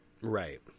Right